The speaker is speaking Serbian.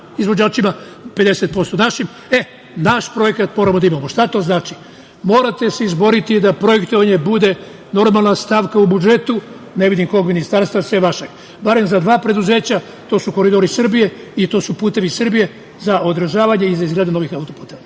izvođačima a 50% našim, e, naš projekat moramo da imamo. Šta to znači? Morate se izboriti da projektovanje bude normalna stavka u budžetu, ne vidim drugo ministarstvo sem vaše, barem za dva preduzeća – „Koridori Srbije“ i „Putevi Srbije“, za održavanje i za izgradnju novih auto-puteva.